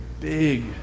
big